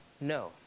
No